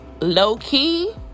low-key